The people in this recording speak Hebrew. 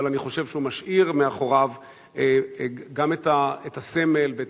אבל אני חושב שהוא משאיר מאחוריו גם את הסמל ואת